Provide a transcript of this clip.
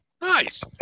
Nice